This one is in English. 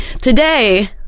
Today